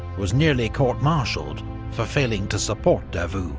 was nearly court-martialled for failing to support davout.